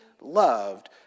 loved